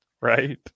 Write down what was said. Right